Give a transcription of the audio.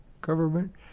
government